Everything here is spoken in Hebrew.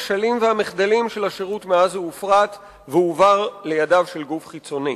הכשלים והמחדלים של השירות מאז הופרט והועבר לידיו של גוף חיצוני.